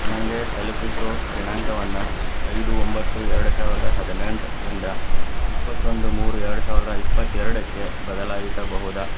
ನನಗೆ ತಲುಪಿಸೋ ದಿನಾಂಕವನ್ನು ಐದು ಒಂಬತ್ತು ಎರಡು ಸಾವಿರದ ಹದಿನೆಂಟು ಇಂದ ಇಪ್ಪತ್ತೊಂದು ಮೂರು ಎರಡು ಸಾವಿರದ ಇಪ್ಪತ್ತೆರಡಕ್ಕೆ ಬದಲಾಯಿಸಬಹುದಾ